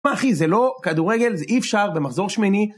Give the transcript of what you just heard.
מה אחי, זה לא כדורגל, זה אי אפשר במחזור שמיני.